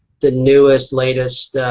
the newest, latest